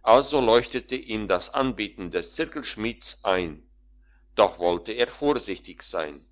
also leuchtete ihm das anbieten des zirkelschmieds ein doch wollte er vorsichtig sein